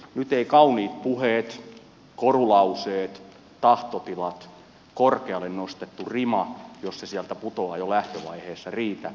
nyt eivät kauniit puheet korulauseet tahtotilat korkealle nostettu rima jos se sieltä putoaa jo lähtövaiheessa riitä